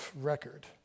record